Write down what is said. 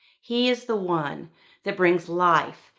he is the one that brings life.